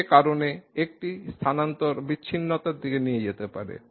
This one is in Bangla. সে কারণে একটি স্থানান্তর বিচ্ছিন্নতার দিকে নিয়ে যেতে পারে